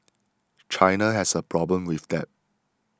China has a problem with debt